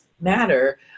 matter